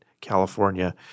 California